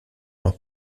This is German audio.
noch